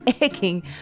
egging